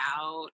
out